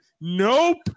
nope